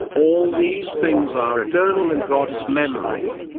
all these things are eternal in god's memory.